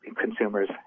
consumers